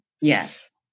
Yes